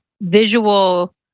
visual